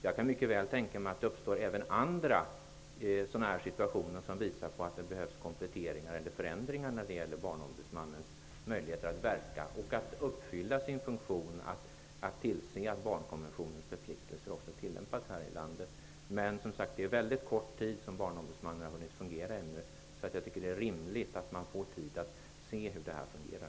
Jag kan mycket väl tänka mig att det även kommer att uppstå andra situationer som visar att det behövs kompletteringar eller förändringar beträffande Barnombudsmannens möjligheter att verka och att uppfylla sin funktion att tillse att barnkonventionens förpliktelser också tillämpas här i landet. Barnombudsmannen har, som sagt, bara hunnit fungera under en mycket kort period. Jag tycker att det är rimligt att man får se hur det här fungerar.